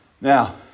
now